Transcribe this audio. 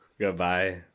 Goodbye